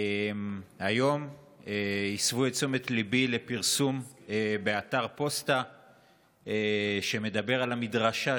היום הסבו את תשומת ליבי לפרסום באתר פוסטה שמדבר על המדרשה,